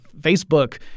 Facebook